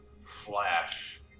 flash